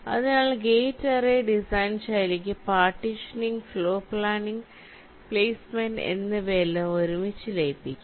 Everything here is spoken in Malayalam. അതിനാൽ ഗേറ്റ് അറേ ഡിസൈൻ ശൈലിക്ക് പാർട്ടീഷനിംഗ് ഫ്ലോർ പ്ലാനിംഗ് പ്ലെയ്സ്മെന്റ് എന്നിവയെല്ലാം ഒരുമിച്ച് ലയിപ്പിക്കാം